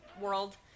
world